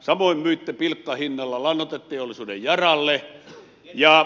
samoin myitte pilkkahinnalla lannoiteteollisuuden yaralle